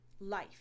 life